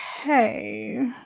Okay